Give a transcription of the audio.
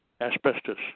asbestos